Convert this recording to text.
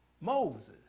Moses